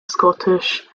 scottish